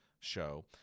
show